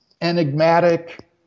enigmatic